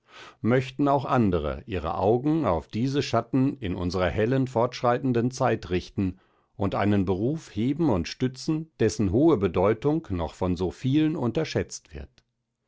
möchten auch andere ihre augen auf diesen schatten in unserer hellen fortschreitenden zeit richten und einen beruf heben und stützen dessen hohe bedeutung noch von so vielen unterschätzt wird